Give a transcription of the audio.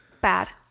bad